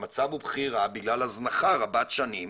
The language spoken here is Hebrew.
המצב הוא בכי רע בגלל הזנחה רבת שנים